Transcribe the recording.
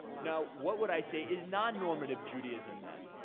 now, what would i say is non-normative judaism, then?